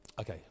Okay